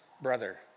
brother